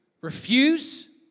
refuse